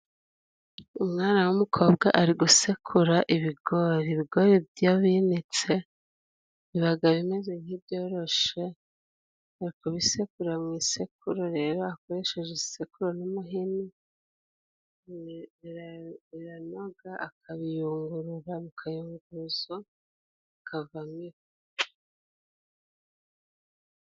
Umwana w'umukobwa ari gusekura ibigori. Ibigori byo binitse bibaga bimeze nk'ibyoroshe, ari kubisekura mu isekuru rero akoresheje isekuru n'umuhini, biranoga akabiyungurura mu kayunguruzo kavamira.